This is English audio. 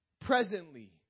presently